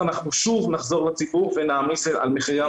אנחנו שוב נחזור לציבור ונעמיס על מחירי המים.